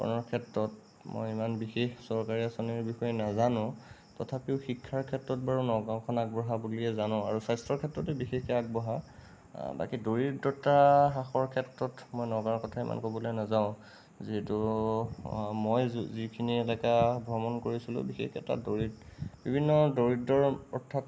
কৰণৰ ক্ষেত্ৰত মই ইমান বিশেষ চৰকাৰী আচনিৰ বিষয়ে নাজানো তথাপিও শিক্ষাৰ ক্ষেত্ৰত বাৰু নগাঁওখন আগবঢ়া বুলিয়েই জানো আৰু স্বাস্থ্যৰ ক্ষেত্ৰতো বিশেষকৈ আগবঢ়া বাকী দৰিদ্ৰতা হ্ৰাসৰ ক্ষেত্ৰত মই নগাঁৱৰ কথা ইমান ক'বলৈ নাযাওঁ যিহেতু মই যি যিখিনি এলেকা ভ্ৰমণ কৰিছিলোঁ বিশেষকৈ তাত দৰিদ্ৰতা বিভিন্ন দৰিদ্ৰৰ